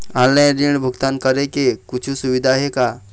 Online ऋण भुगतान करे के कुछू सुविधा हे का?